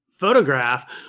photograph